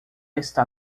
está